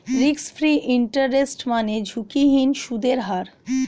risk free interest মানে ঝুঁকিহীন সুদের হার